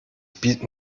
bieten